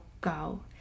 go